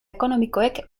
ekonomikoek